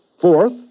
Fourth